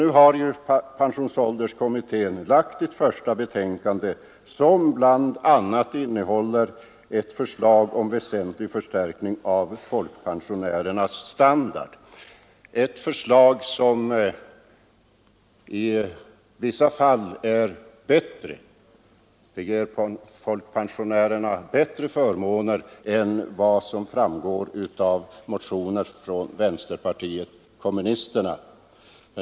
Nu har pensionsålderskommittén lagt ett första betänkande, som bl.a. innehåller ett förslag om väsentlig förstärkning av folkpensionärernas standard, ett förslag som i vissa fall ger folkpensionärerna bättre förmåner än vad som framgår av motionen från vänsterpartiet kommunisterna.